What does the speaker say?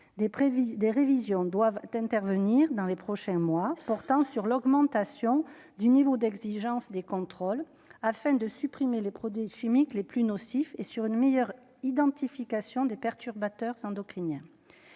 des révisions doivent d'intervenir dans les prochains mois portant sur l'augmentation du niveau d'exigence des contrôles afin de supprimer les produits chimiques les plus nocifs, et sur une meilleure identification des perturbateurs endocriniens,